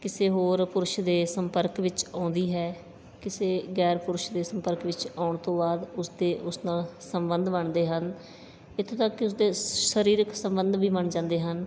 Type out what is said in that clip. ਕਿਸੇ ਹੋਰ ਪੁਰਸ਼ ਦੇ ਸੰਪਰਕ ਵਿੱਚ ਆਉਂਦੀ ਹੈ ਕਿਸੇ ਗੈਰ ਪੁਰਸ਼ ਦੇ ਸੰਪਰਕ ਵਿੱਚ ਆਉਣ ਤੋਂ ਬਾਅਦ ਉਸ ਤੇ ਉਸ ਨਾਲ ਸੰਬੰਧ ਬਣਦੇ ਹਨ ਇੱਥੋਂ ਤੱਕ ਕਿ ਉਸ ਦੇ ਸਰੀਰਕ ਸਬੰਧ ਵੀ ਬਣ ਜਾਂਦੇ ਹਨ